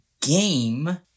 game